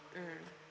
mm